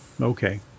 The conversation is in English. Okay